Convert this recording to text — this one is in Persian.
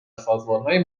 سازمانهای